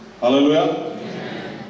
Hallelujah